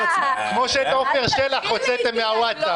כמו שאת עופר שלח הוצאתם מהווטסאפ.